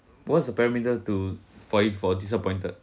what's the perimeter to for you for disappointed